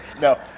No